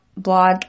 blog